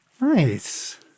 Nice